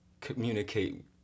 communicate